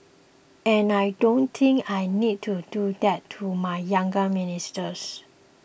and I don't think I need to do that to my younger ministers